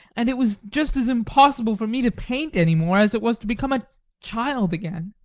and it was just as impossible for me to paint any more as it was to become a child again.